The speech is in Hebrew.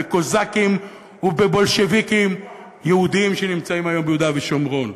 בקוזקים ובבולשביקים יהודים שנמצאים ביהודה ושומרון,